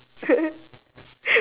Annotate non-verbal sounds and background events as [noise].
[laughs]